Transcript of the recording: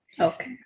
Okay